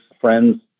friends